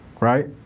right